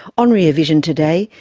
on rear vision today,